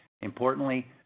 Importantly